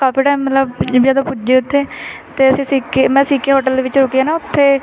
ਕਾਫੀ time ਮਤਲਬ ਜਦੋਂ ਪੁੱਜੇ ਉੱਥੇ ਅਤੇ ਅਸੀਂ ਸਿੱਕੇ ਮੈਂ ਸਿੱਕੇ ਹੋਟਲ ਵਿੱਚ ਰੁਕੀ ਨਾ ਉੱਥੇ